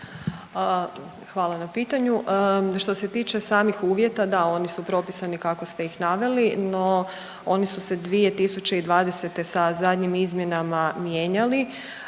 Hvala na pitanju, što se tiče samih uvjeta da oni su propisani kako ste ih naveli, no oni su se 2020. sa zadnjim izmjenama mijenjali.